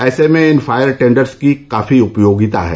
ऐसे में इन फायर टेंडर्स की काफी उपयोगिता है